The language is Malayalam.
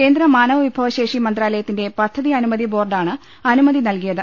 കേന്ദ്രൂമാനവ വിഭവശേഷി മന്ത്രാലയത്തിന്റെ പദ്ധതി അനുമതി ബോർഡാണ് അനുമതി നൽകിയത്